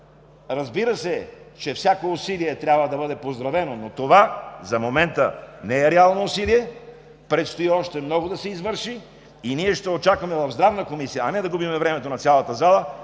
Разбира се, всяко усилие трябва да бъде поздравено, но това за момента не е реално усилие. Предстои още много да се извърши и ние ще очакваме в Здравната комисия, а не да губим времето на цялата зала,